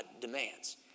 demands